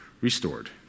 restored